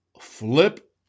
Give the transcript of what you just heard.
Flip